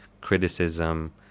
criticism